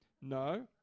No